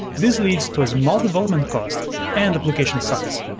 this leads to small development costs and application size.